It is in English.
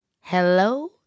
hello